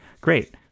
great